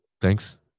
thanks